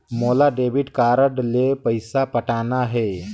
मोला debit card ले पइसा पटाना हे?